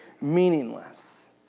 meaningless